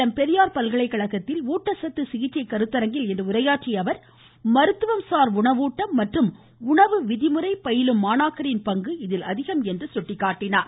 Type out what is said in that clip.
சேலம் பெரியார் பல்கலைக்கழகத்தில் ஊட்டச்சத்து சிகிச்சை கருத்தரங்கில் இன்று உரையாற்றிய அவர் மருத்துவம் சார் உணவூட்டம் மற்றும் உணவு விதிமுறை பயிலும் மாணாக்கரின் பங்கு இதில் அதிகம் என்று அவர் எடுத்துரைத்தார்